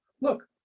look